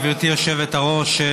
גברתי היושבת-ראש,